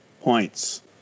points